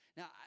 Now